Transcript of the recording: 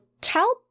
tell